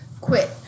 quit